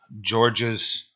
Georgia's